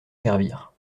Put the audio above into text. servir